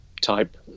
type